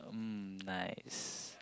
mm nice